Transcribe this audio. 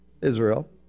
Israel